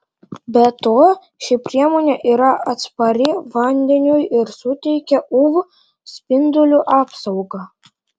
be to ši priemonė yra atspari vandeniui ir suteikia uv spindulių apsaugą